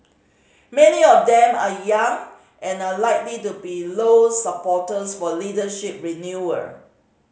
many of them are young and are likely to be Low's supporters for leadership